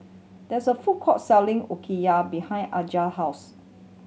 there is a food court selling Okayu behind Alijah house